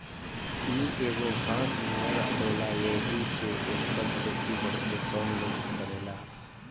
इ एगो घास नियर होला येही से एकर खेती बहुते कम लोग करेला